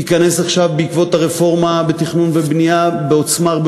וייכנס עכשיו בעקבות הרפורמה בתכנון ובנייה בעוצמה הרבה